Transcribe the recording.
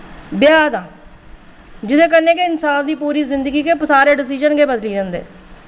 ब्याह् दा जेह्दे कन्नै गै इंसान दी पूरी जिंदगी केह् सारे डिसिजन गै बदली जंदे